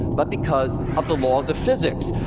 but because of the laws of physics.